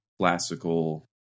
classical